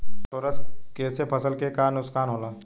Phosphorus के से फसल के का नुकसान होला?